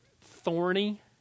thorny